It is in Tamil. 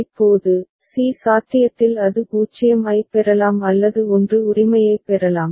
இப்போது c சாத்தியத்தில் அது 0 ஐப் பெறலாம் அல்லது 1 உரிமையைப் பெறலாம்